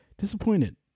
disappointed